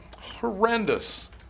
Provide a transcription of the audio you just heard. Horrendous